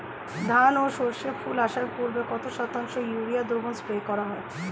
ধান ও সর্ষে ফুল আসার পূর্বে কত শতাংশ ইউরিয়া দ্রবণ স্প্রে করা হয়?